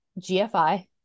GFI